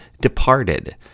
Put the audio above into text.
Departed